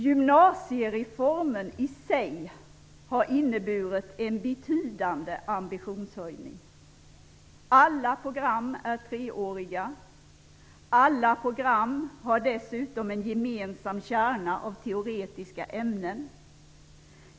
Gymnasiereformen i sig har inneburit en betydande ambitionshöjning. Alla program är treåriga. Alla program har dessutom en gemensam kärna av teoretiska ämnen.